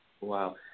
Wow